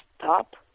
stop